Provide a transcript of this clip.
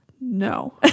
No